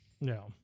No